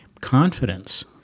confidence